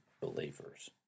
believers